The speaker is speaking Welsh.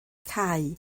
cau